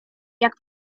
jak